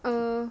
err